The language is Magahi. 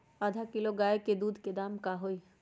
आधा किलो गाय के दूध के का दाम होई?